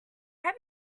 have